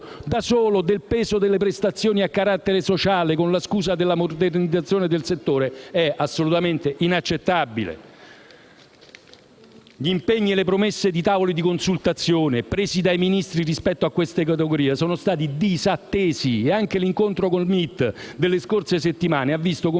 da solo del peso delle prestazioni a carattere sociale con la scusa della modernizzazione del settore, è assolutamente inaccettabile. Gli impegni e le promesse di tavoli di consultazione, presi dai Ministri rispetto a queste categorie, sono stati disattesi; e anche l'incontro col MIT delle scorse settimane ha visto completamente